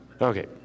Okay